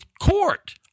court